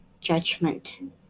judgment